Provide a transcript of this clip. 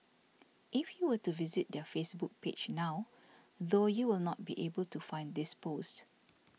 if you were to visit their Facebook page now though you will not be able to find this post